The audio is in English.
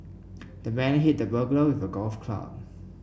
the man hit the burglar with a golf club